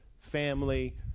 family